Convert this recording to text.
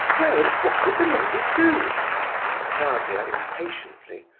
well, and what did the lady do? asked nastasia, impatiently.